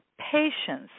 patience